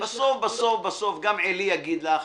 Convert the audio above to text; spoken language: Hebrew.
בסוף, גם עלי יגיד לך.